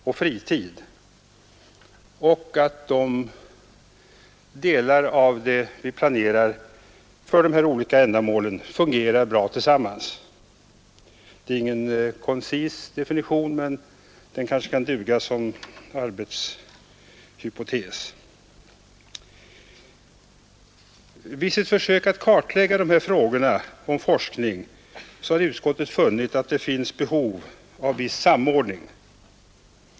Jag tänker då kanske mest på den fysiska planering som det talats mest om i de betänkanden som vi nu behandlar. Det är inte någon koncis definition, men kanske den kan duga som arbetshypotes. Vid sitt försök att kartlägga frågorna om forskning har utskottet funnit att det finns behov av en viss samordning.